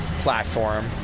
platform